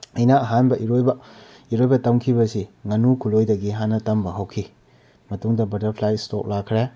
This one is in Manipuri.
ꯑꯩꯅ ꯑꯍꯥꯟꯕ ꯏꯔꯣꯏꯕ ꯏꯔꯣꯏꯕ ꯇꯝꯈꯤꯕꯁꯤ ꯉꯥꯅꯨ ꯈꯨꯂꯣꯏꯗꯒꯤ ꯍꯥꯟꯅ ꯇꯝꯕ ꯍꯧꯈꯤ ꯃꯇꯨꯡꯗ ꯕꯇꯔꯐ꯭ꯂꯥꯏ ꯏꯁꯇ꯭ꯔꯣꯛ ꯂꯥꯛꯈ꯭ꯔꯦ